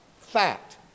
Fact